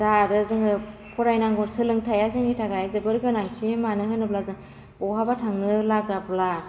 दा आरो जोङो फरायनांगौ सोलोंथाइया जोंनि थाखाय जोबोर गोनांथि मानो होनोब्ला जों बहाबा थांनो लागाब्ला